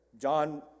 John